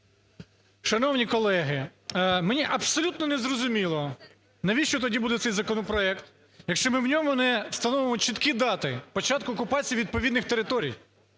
Шановні колеги, мені абсолютно не зрозуміло, навіщо тоді буде цей законопроект, якщо ми в ньому не встановимо чіткі дати початку окупації відповідних територій,